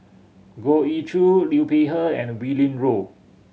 Goh Ee Choo Liu Peihe and Willin Low